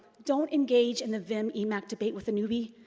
don't engage in the vin um e-activate with a newbie.